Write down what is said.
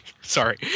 sorry